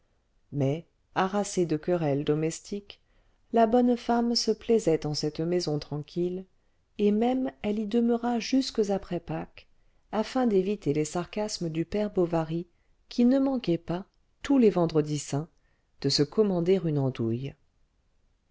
mais harassée de querelles domestiques la bonne femme se plaisait en cette maison tranquille et même elle y demeura jusques après pâques afin d'éviter les sarcasmes du père bovary qui ne manquait pas tous les vendredis saints de se commander une andouille